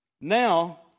now